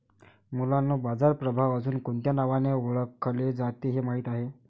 मुलांनो बाजार प्रभाव अजुन कोणत्या नावाने ओढकले जाते हे माहित आहे?